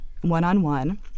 one-on-one